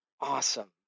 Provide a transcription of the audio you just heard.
awesome